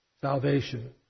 salvation